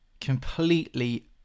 completely